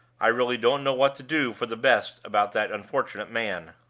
i really don't know what to do for the best about that unfortunate man.